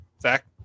Zach